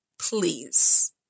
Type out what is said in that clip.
please